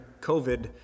COVID